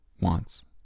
wants